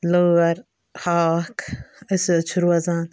لٲر ہاکھ اسہِ حٕظ چھِ روزان